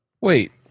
Wait